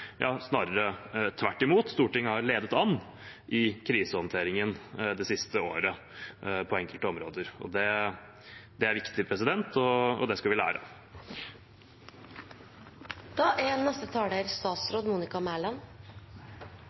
Snarere tvert imot, Stortinget har ledet an i krisehåndteringen det siste året på enkelte områder. Det er viktig, og det skal vi lære